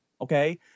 okay